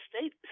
state